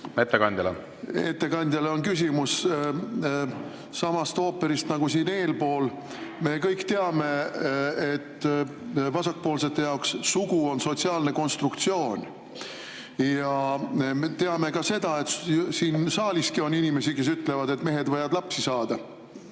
Ettekandjale on küsimus samast ooperist nagu siin eespool. Me kõik teame, et vasakpoolsete jaoks on sugu sotsiaalne konstruktsioon. Ja me teame ka seda, et siin saaliski on inimesi, kes ütlevad, et mehed võivad lapsi saada.